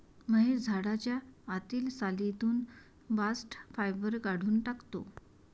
महेश झाडाच्या आतील सालीतून बास्ट फायबर काढून टाकतो